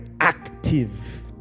active